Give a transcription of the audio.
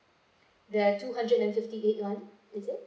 the two hundred and fifty-eight [one] is it